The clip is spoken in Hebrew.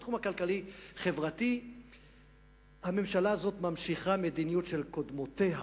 בתחום הכלכלי-החברתי הממשלה הזאת ממשיכה מדיניות של קודמותיה,